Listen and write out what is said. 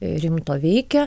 rimto veikia